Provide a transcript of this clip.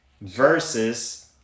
Versus